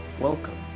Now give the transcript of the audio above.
Welcome